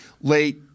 late